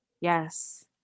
yes